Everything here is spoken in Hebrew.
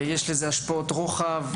לבעיה הזו יש השפעות רוחב,